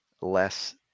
less